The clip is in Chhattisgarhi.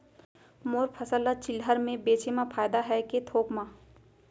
मोर फसल ल चिल्हर में बेचे म फायदा है के थोक म?